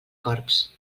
corbs